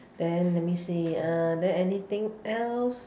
then let me see err then anything else